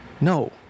No